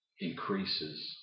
increases